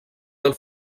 del